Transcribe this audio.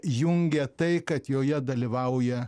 jungia tai kad joje dalyvauja